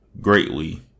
greatly